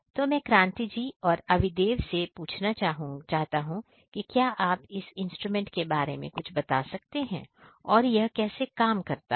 तो मैं क्रांति जी और अवीदेव जी से पूछना चाहता हूं कि क्या आप इस इंस्ट्रूमेंट के बारे में कुछ बता सकते हैं और यह कैसे काम करता है